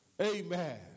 Amen